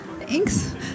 Thanks